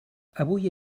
avui